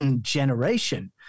Generation